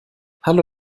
hallo